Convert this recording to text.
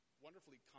wonderfully